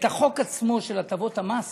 את החוק עצמו של הטבות המס